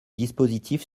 dispositif